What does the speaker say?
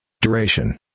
Duration